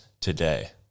today